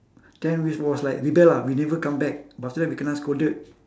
then we was like rebel ah we never come back but after that we kena scolded